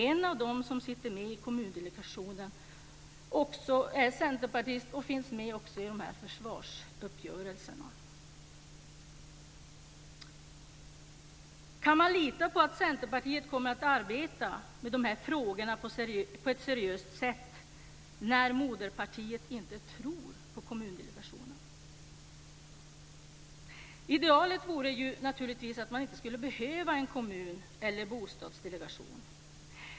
En av dem som sitter med i Kommundelegationen är centerpartist och finns också med i försvarsuppgörelserna. Kan man lita på att centerpartisterna kommer att arbeta med de här frågorna på ett seriöst sätt när moderpartiet inte tror på Kommundelegationen? Idealet vore naturligtvis att man inte skulle behöva en kommun eller en bostadsdelegation.